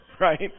right